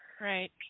Right